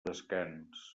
descans